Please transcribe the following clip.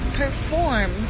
perform